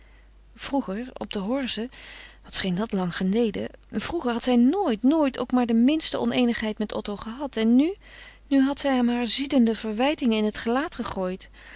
vroeger op de horze wat scheen dat lang geleden vroeger had zij nooit nooit ook maar de minste oneenigheid met otto gehad en nu nu had zij hem hare ziedende verwijtingen in het gelaat gegooid